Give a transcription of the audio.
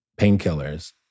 painkillers